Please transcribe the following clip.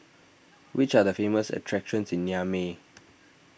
which are the famous attractions in Niamey